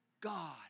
God